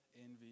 envy